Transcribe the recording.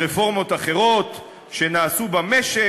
לרפורמות אחרות שנעשו במשק,